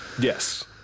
Yes